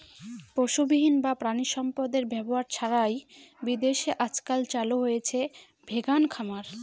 পশুবিহীন বা প্রানীসম্পদ এর ব্যবহার ছাড়াই বিদেশে আজকাল চালু হয়েছে ভেগান খামার